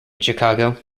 chicago